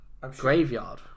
graveyard